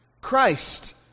Christ